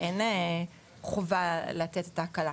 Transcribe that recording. אין חובה לתת את ההקלה.